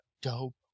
Dope